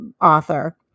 author